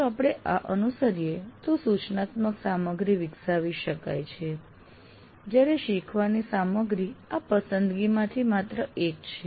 જો આપણે આ અનુસરીએ તો સૂચનાત્મક સામગ્રી વિકસાવી શકાય છે જ્યારે શીખવાની સામગ્રી આ પસંદગીમાંથી માત્ર એક છે